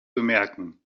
bemerken